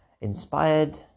inspired